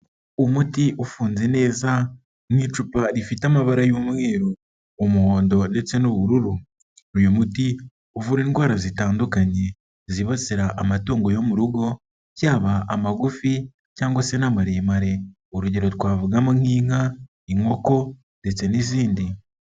Umuti ufunze neza mu icupa rifite amabara y'umweru, umuhondo ndetse n'ubururu, uyu muti uvura indwara zitandukanye zibasira amatungo yo mu rugo, yaba amagufi cyangwa se n'amaremare, urugero twavugamo nk'inka, inkoko ndetse n'izindi.